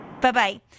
Bye-bye